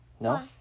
No